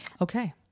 okay